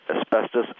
asbestos